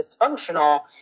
dysfunctional